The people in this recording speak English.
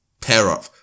pair-up